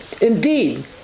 Indeed